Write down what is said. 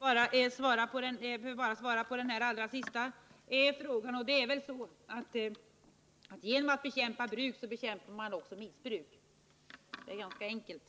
Nr 54 Herr talman! Om det hade stått så, hade det varit enkelt även för mig, men Måndagen den nu står det bara att bekämpa missbruk.